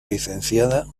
licenciada